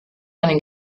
einen